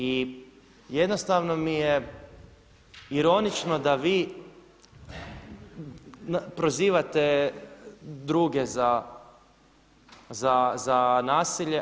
I jednostavno mi je ironično da vi prozivate druge za nasilje.